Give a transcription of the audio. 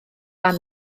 fan